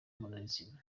mpuzabitsina